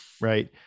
right